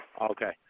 okay